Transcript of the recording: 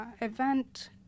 event